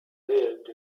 lived